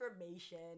information